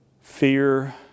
fear